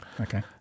Okay